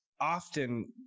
often